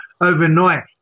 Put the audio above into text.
overnight